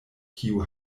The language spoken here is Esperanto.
kiu